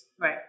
Right